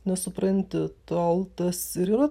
nesupranti tol tas ir yra